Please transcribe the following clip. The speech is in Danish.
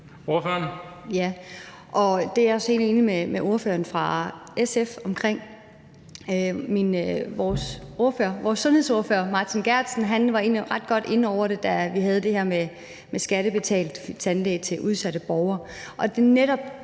det er jeg helt enig med ordføreren for SF i. Vores sundhedsordfører, Martin Geertsen, var egentlig ret godt inde over det, da vi havde det her med skattebetalt tandlæge til udsatte borgere.